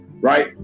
right